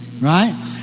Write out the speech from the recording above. right